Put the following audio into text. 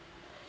yeah